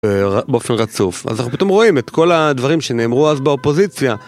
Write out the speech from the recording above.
באופן רצוף, אז אנחנו פתאום רואים את כל הדברים שנאמרו אז באופוזיציה.